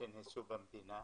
שנעשו במדינה.